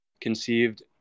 conceived